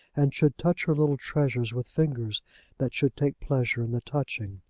and should touch her little treasures with fingers that should take pleasure in the touching.